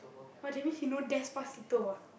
!wah! that means he knows Despacito ah